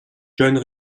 john